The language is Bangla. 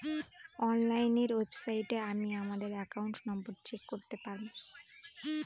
অনলাইন ওয়েবসাইটে আমি আমাদের একাউন্ট নম্বর চেক করতে পারবো